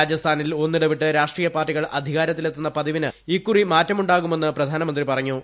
രാജസ്ഥാനിൽ ഒന്നിടവിട്ട് രാഷ്ട്രീയപാർട്ടികൾ അധികാരത്തിലെത്തുന്ന പതിവിന് ഇക്കുറി മാറ്റമുണ്ടാകുമെന്ന് പ്രധാനമന്ത്രി പറഞ്ഞു